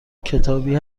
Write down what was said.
کتابی